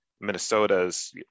Minnesota's